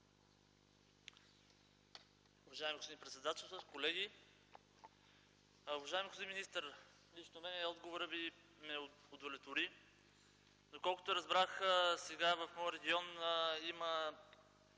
Уважаеми господин председателстващ, колеги! Уважаеми господин министър, лично мен отговорът Ви ме удовлетвори. Доколкото разбрах, сега в моя регион има